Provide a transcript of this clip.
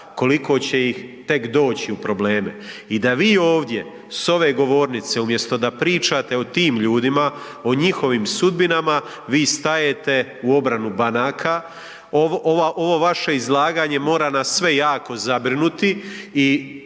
koliko će ih tek doći u probleme. I da vi ovdje s ove govornice umjesto da pričate o tim ljudima, o njihovim sudbinama, vi stajete u obranu banaka. Ovo vaše izlaganje mora nas sve jako zabrinuti